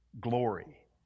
glory